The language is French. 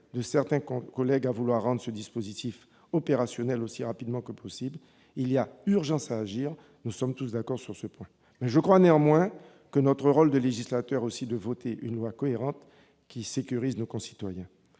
de certains de nos collègues de rendre ce dispositif aussi rapidement que possible opérationnel. Il y a urgence à agir, nous sommes tous d'accord sur ce point. Je crois néanmoins que notre rôle de législateur est aussi de voter une loi cohérente qui sécurise nos concitoyens.